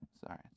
Sorry